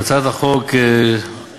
בהצעת החוק מוצע